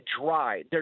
dry